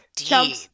Indeed